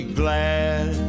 glad